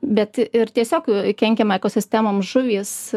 bet ir tiesiog kenkiam ekosistemoms žuvys